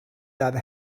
that